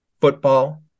football